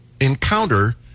encounter